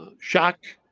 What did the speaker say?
shock,